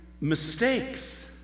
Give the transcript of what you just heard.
mistakes